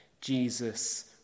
Jesus